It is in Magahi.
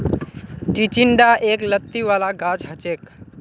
चिचिण्डा एक लत्ती वाला गाछ हछेक